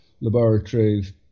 laboratories